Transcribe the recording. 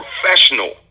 professional